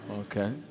Okay